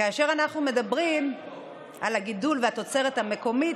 כאשר אנחנו מדברים על הגידול והתוצרת המקומית,